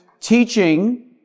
teaching